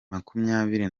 makumyabiri